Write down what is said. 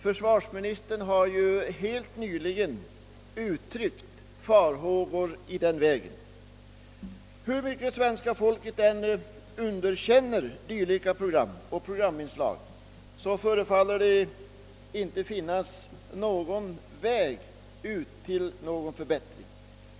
Försvarsministern har ju helt nyligen uttryckt farhågor i denna riktning. Hur mycket svenska folket än underkänner dylika program och programinslag förefaller det inte finnas någon väg till förbättring.